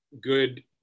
good